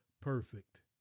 perfect